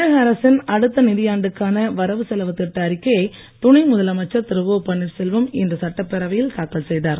தமிழக அரசின் அடுத்த நிதியாண்டுக்கான வரவு செலவுத் திட்ட அறிக்கையை துணை முதலமைச்சர் திரு ஓ பன்னீர்செல்வம் இன்று சட்டப்பேரவையில் தாக்கல் செய்தார்